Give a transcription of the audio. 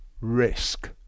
risk